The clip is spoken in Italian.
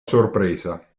sorpresa